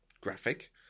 graphic